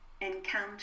encounter